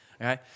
Okay